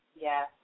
Yes